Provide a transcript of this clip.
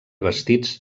vestits